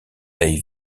dei